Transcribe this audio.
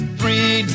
three